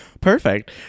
Perfect